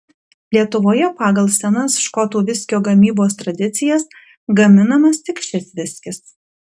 lietuvoje pagal senas škotų viskio gamybos tradicijas gaminamas tik šis viskis